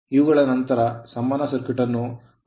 ಇವುಗಳ ನಂತರ ಸಮಾನ ಸರ್ಕ್ಯೂಟ್ ಅನ್ನು ಎಳೆಯಲಾಗುತ್ತದೆ